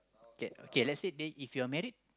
okay okay let's say then if you're married